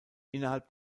innerhalb